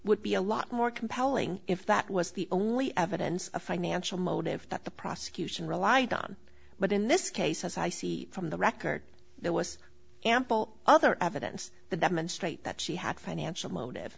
would be a lot more compelling if that was the only evidence a financial motive that the prosecution relied on but in this case as i see from the record there was ample other evidence that demonstrate that she had financial motive